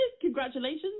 congratulations